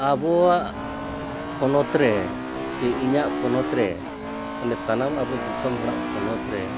ᱟᱵᱚᱣᱟᱜ ᱯᱚᱱᱚᱛ ᱨᱮ ᱪᱮ ᱤᱧᱟᱹᱜ ᱯᱚᱱᱚᱛ ᱨᱮ ᱥᱟᱱᱟᱢ ᱟᱵᱚ ᱫᱤᱥᱚᱢ ᱦᱚᱲᱟᱜ ᱯᱚᱱᱚᱛ ᱨᱮ